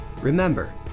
remember